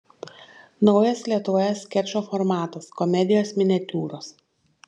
naujas lietuvoje skečo formatas komedijos miniatiūros